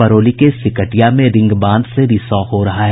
बरौली के सिकटिया में रिंग बांध से रिसाव हो रहा है